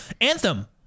Anthem